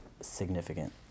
significant